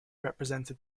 represented